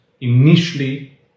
Initially